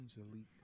Angelique